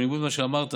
אבל בניגוד למה שאמרת,